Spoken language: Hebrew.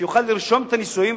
שיוכל לרשום את הנישואים,